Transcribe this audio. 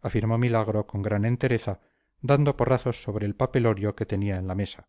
afirmó milagro con gran entereza dando porrazos sobre el papelorio que tenía en la mesa